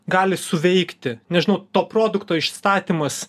gali suveikti nežinau to produkto išstatymas